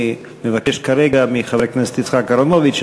אני מבקש כרגע מחבר הכנסת יצחק אהרונוביץ,